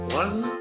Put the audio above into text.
one